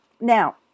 Now